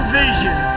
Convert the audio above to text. vision